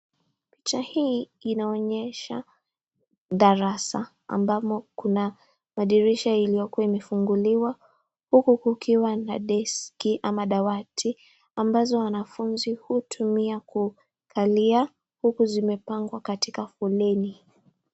Picha hii inaonyesha darasa ambamo kuna madirisha iliyoko imefunguliwa huku kukiwa na deski ama dawati ambazo wanafunzi hutumia kukalia huku zimepangwa katika foleni.